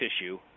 tissue